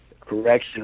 correction